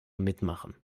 mitmachen